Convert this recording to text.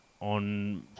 on